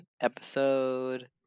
Episode